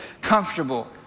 comfortable